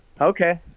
okay